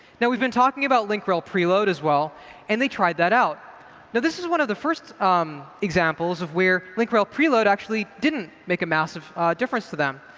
now we've been talking about link rel preload as well and they tried that out. now this is one of the first um examples of where link rel preload actually didn't make a massive difference to them.